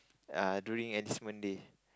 err during enlistment day